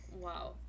wow